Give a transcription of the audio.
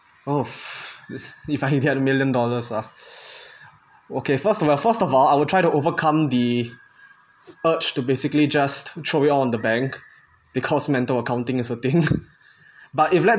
oh f~ if I get a million dollars ah okay first of first of all I would try to overcome the urge to basically just throw it all on the bank because mental accounting is a thing but if let's